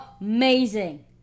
amazing